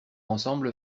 ensemble